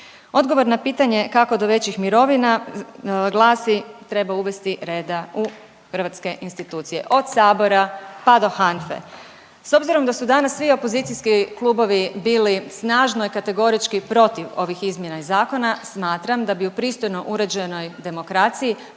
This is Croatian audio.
Odgovor na pitanje kako do većih mirovina glasi treba uvesti reda u hrvatske institucije, od sabora, pa do HANFA-e. S obzirom da su danas svi opozicijski klubovi bili snažno i kategorički protiv ovih izmjena iz zakona smatram da bi u pristojno uređenoj demokraciji